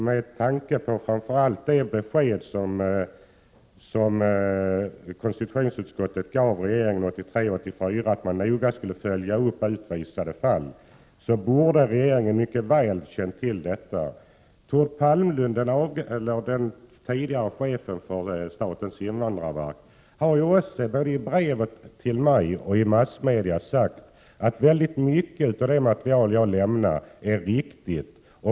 Med tanke på framför allt det besked som konstitutionsutskottet gav regeringen 1983/84 att man skulle följa upp utvisade fall borde regeringen mycket väl ha känt till detta. Thord Palmlund, den tidigare chefen för statens invandrarverk, har också i brev till mig och i massmedia sagt att väldigt mycket av det material som jag lämnat är viktigt.